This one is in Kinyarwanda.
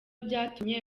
byatumye